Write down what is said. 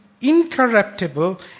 incorruptible